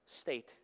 state